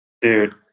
dude